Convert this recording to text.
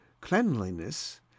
cleanliness